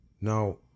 now